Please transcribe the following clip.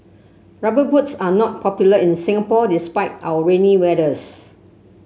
rubber boots are not popular in Singapore despite our rainy weathers